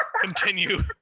continue